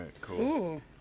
cool